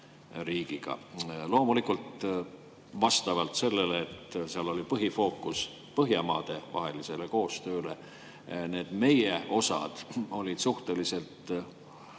riigiga. Loomulikult, vastavalt sellele, et seal oli põhifookus Põhjamaade-vahelisel koostööl, need meie osad olid suhteliselt